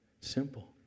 Simple